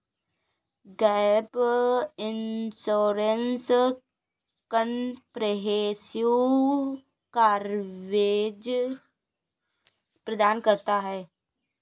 gap insurance comprehensive coverage प्रदान करता है